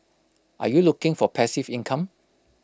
are you looking for passive income